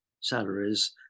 salaries